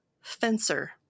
fencer